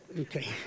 Okay